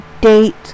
date